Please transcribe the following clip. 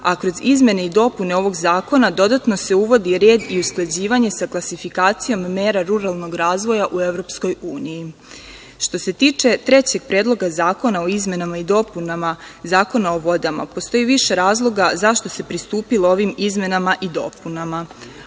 a kroz izmene i dopune ovog zakona dodatno se uvodi red i usklađivanje sa klasifikacijom mera ruralnog razvoja u EU.Što se tiče trećeg Predlog zakona o izmenama i dopunama Zakona o vodama, postoji više razloga zašto se pristupilo ovim izmenama i dopunama.